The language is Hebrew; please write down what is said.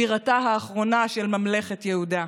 בירתה האחרונה של ממלכת יהודה.